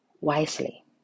wisely